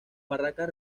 barracas